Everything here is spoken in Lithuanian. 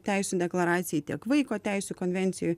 teisių deklaracijoj tiek vaiko teisių konvencijoj